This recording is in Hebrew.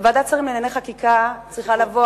בוועדת השרים לענייני חקיקה צריכה לבוא